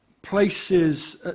places